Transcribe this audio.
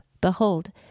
Behold